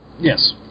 Yes